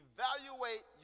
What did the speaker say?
Evaluate